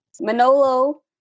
Manolo